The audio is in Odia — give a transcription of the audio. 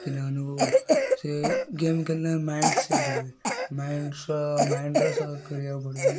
ପିଲାମାନଙ୍କୁ ସେ ଗେମ୍ ଖେଳିଲେ ମାଇଣ୍ଡ୍ ସେଟ୍ ହୁଏ ମାଇଣ୍ଡ୍ ସହ ମାଇଣ୍ଡର ସହ ଖେଳିବାକୁ ପଡ଼ୁଛି